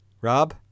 Rob